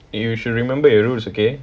you should remember your roots okay